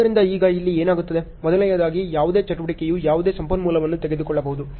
ಆದ್ದರಿಂದ ಈಗ ಇಲ್ಲಿ ಏನಾಗುತ್ತದೆ ಮೊದಲನೆಯದಾಗಿ ಯಾವುದೇ ಚಟುವಟಿಕೆಯು ಯಾವುದೇ ಸಂಪನ್ಮೂಲವನ್ನು ತೆಗೆದುಕೊಳ್ಳಬಹುದು